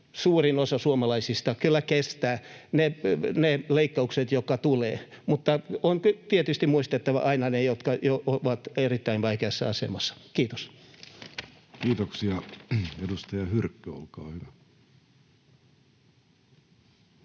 suurin osa suomalaisista, kyllä kestää ne leikkaukset, jotka tulevat. Mutta on tietysti muistettava aina niitä, jotka ovat erittäin vaikeassa asemassa. — Kiitos. [Speech 765] Speaker: